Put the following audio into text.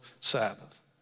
Sabbath